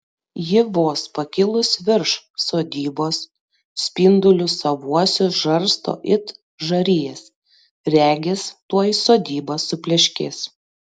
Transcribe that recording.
ji vos pakilus virš sodybos spindulius savuosius žarsto it žarijas regis tuoj sodyba supleškės